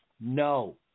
no